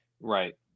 Right